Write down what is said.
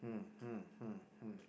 hmm hmm hmm hmm